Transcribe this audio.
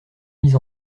mises